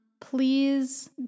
Please